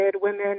women –